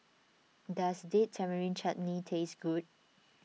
does Date Tamarind Chutney taste good